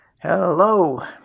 Hello